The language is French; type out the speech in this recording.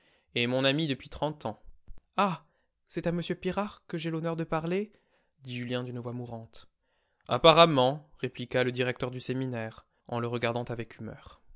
et mon ami depuis trente ans ah c'est à m pirard que j'ai l'honneur de parler dit julien d'une voix mourante apparemment répliqua le directeur du séminaire en le regardant avec humeur